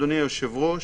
אדוני היושב-ראש,